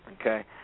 Okay